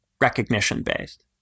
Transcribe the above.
recognition-based